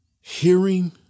hearing